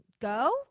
go